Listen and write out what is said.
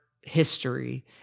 history